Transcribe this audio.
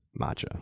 matcha